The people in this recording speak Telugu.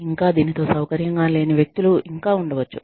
ఇంకా దీనితో సౌకర్యంగా లేని వ్యక్తులు ఇంకా ఉండవచ్చు